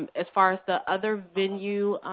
as far as the other venues,